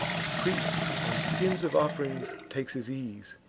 the priest on skins of off'rings takes his ease,